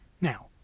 Now